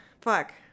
Fuck